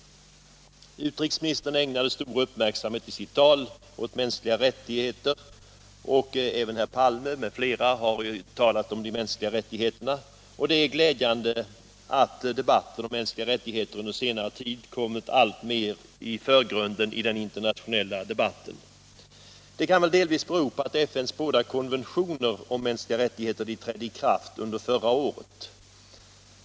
Utrikesministern ägnade i sitt anförande stor uppmärksamhet åt frågan om de mänskliga rättigheterna, och även herr Palme m.fl. har talat om detta. Jag finner det glädjande att frågan om de mänskliga rättigheterna under senare tid kommit alltmer i förgrunden i den internationella debatten. Detta kan delvis bero på att FN:s båda konventioner om mänskliga rättigheter trädde i kraft under förra året.